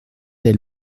elle